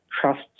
trust